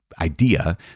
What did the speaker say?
idea